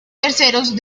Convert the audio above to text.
terceros